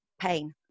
pain